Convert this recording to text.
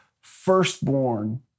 firstborn